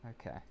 Okay